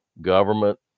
government